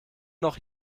noch